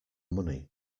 money